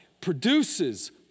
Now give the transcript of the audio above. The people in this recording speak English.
Produces